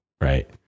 right